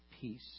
peace